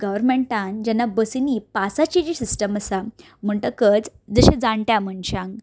गोवोरमेंटान जेन्ना बसिंनी पासाची जी सिस्टम आसा म्हणटकच जशें जाणट्या मनशांक